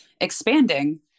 expanding